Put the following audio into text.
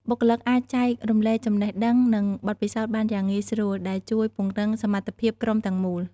បុគ្គលិកអាចចែករំលែកចំណេះដឹង និងបទពិសោធន៍បានយ៉ាងងាយស្រួល ដែលជួយពង្រឹងសមត្ថភាពក្រុមទាំងមូល។